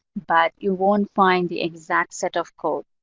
but you won't find the exact set of code.